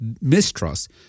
mistrust